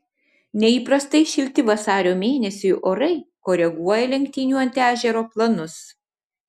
neįprastai šilti vasario mėnesiui orai koreguoja lenktynių ant ežero planus